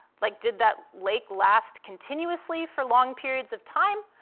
like, did that lake last continuously for long periods of time,